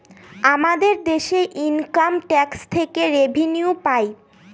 আমাদের দেশে income tax থেকে রেভিনিউ পাই